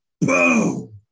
boom